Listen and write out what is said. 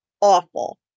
awful